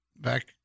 back